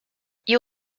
you